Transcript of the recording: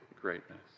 greatness